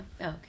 Okay